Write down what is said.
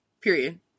period